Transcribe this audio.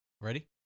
Ready